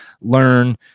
learn